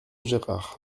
gérard